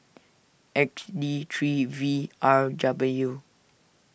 X D three V R W